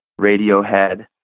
Radiohead